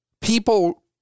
people